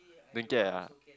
don't care ah